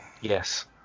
Yes